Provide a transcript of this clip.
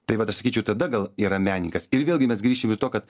tai vat aš sakyčiau tada gal yra menininkas ir vėlgi mes grįšim į to kad